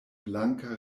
blanka